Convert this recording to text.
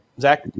zach